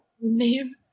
Name